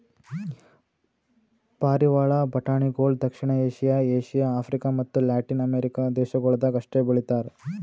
ಪಾರಿವಾಳ ಬಟಾಣಿಗೊಳ್ ದಕ್ಷಿಣ ಏಷ್ಯಾ, ಏಷ್ಯಾ, ಆಫ್ರಿಕ ಮತ್ತ ಲ್ಯಾಟಿನ್ ಅಮೆರಿಕ ದೇಶಗೊಳ್ದಾಗ್ ಅಷ್ಟೆ ಬೆಳಿತಾರ್